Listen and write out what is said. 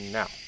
now